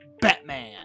Batman